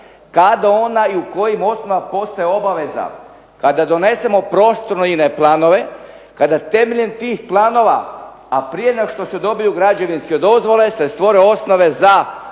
kad ona i u kojim osnovama postaje obaveza. Kada donesemo prostorne planove, kada temeljem tih planova, a prije no što se dobiju građevinske dozvole se stvore osnove za